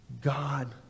God